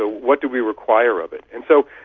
ah what do we require of it? and so,